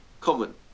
Common